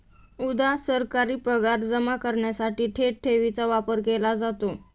उदा.सरकारी पगार जमा करण्यासाठी थेट ठेवीचा वापर केला जातो